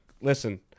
listen